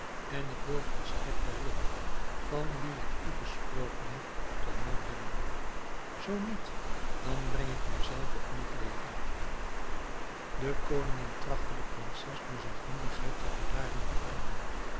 en ik wil volstrekt den ridder van wien ik u gesproken heb tot man hebben zoo niet dan breng ik mij zelve om het leven de koningin trachtte de prinses door zachtmoedigheid tot bedaren te brengen